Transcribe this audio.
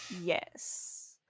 Yes